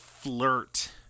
flirt